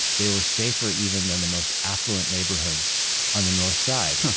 they were safer even than the most affluent neighborhoods on the north side.